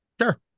Sure